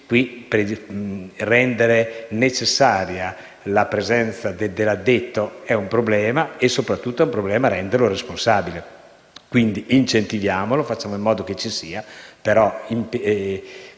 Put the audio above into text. amici, rendere necessaria la presenza dell'addetto è un problema ed è soprattutto un problema renderlo responsabile. Quindi incentiviamolo e facciamo in modo che ci sia; ma